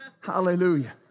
Hallelujah